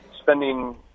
spending